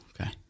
okay